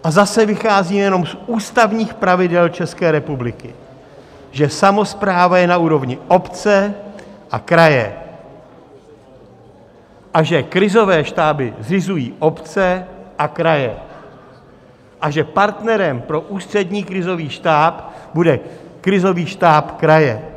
A zase vycházím jenom z ústavních pravidel České republiky, že samospráva je na úrovni obce a kraje, že krizové štáby zřizují obce a kraje a že partnerem pro ústřední krizový štáb bude krizový štáb kraje.